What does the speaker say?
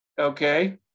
Okay